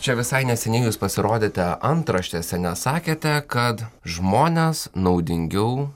čia visai neseniai jūs pasirodėte antraštėse nes sakėte kad žmones naudingiau